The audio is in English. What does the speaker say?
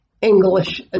English